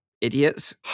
idiots